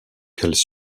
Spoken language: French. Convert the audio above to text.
qu’elles